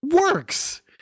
works